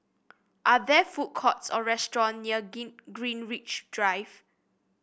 are there food courts or restaurants near Greenwich Drive